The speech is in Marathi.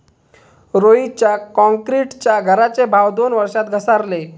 रोहितच्या क्रॉन्क्रीटच्या घराचे भाव दोन वर्षात घसारले